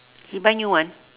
he buy new one